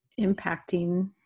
impacting